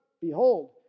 Behold